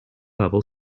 level